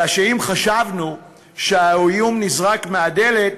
אלא שאם חשבנו שהאיום נזרק מהדלת,